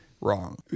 wrong